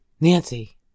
Nancy